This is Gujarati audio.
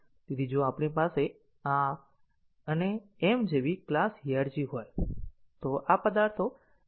જો આપણી પાસે આ અને m જેવી ક્લાસ હિયાર્ચી હોય તો આ પદાર્થો m ની જગ્યાએ મૂકી શકાય છે